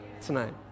tonight